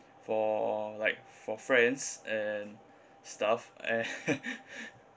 for like for friends and stuff and